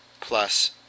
plus